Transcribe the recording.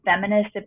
feminist